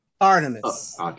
Artemis